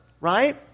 Right